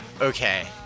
okay